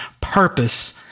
purpose